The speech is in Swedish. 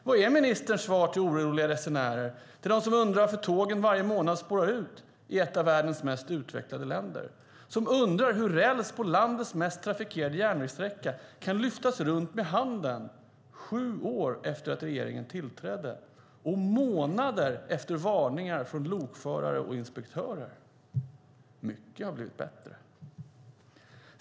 Vad är ministerns svar till oroliga resenärer, till dem som undrar varför tågen varje månad sparar ur i ett av världens mest utvecklade länder, som undrar hur räls på landets mest trafikerade järnvägssträcka kan lyftas runt med handen sju år efter att regeringen tillträdde och månader efter varningar från lokförare och inspektörer? Mycket har blivit bättre.